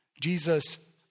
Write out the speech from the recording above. Jesus